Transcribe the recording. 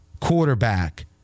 quarterback